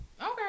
Okay